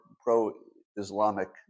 pro-Islamic